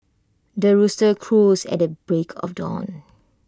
the rooster crows at the break of dawn